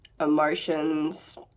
emotions